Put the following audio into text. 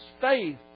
faith